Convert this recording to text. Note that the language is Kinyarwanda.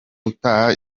utaha